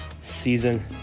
season